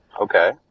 Okay